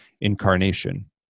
incarnation